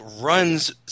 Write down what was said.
runs